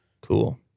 Cool